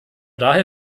daher